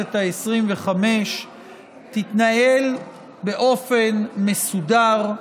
לכנסת העשרים-וחמש תתנהל באופן מסודר,